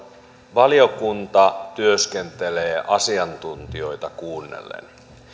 valiokunta työskentelee asiantuntijoita kuunnellen